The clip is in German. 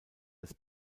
des